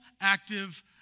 active